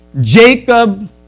Jacob